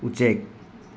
ꯎꯆꯦꯛ